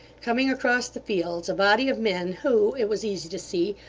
coming across the fields, a body of men who, it was easy to see,